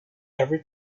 every